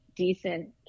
decent